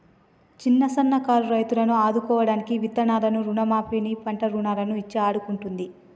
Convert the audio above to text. చిన్న సన్న కారు రైతులను ఆదుకోడానికి విత్తనాలను రుణ మాఫీ ని, పంట రుణాలను ఇచ్చి ఆడుకుంటుంది